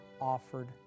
offered